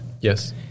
Yes